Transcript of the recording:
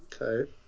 Okay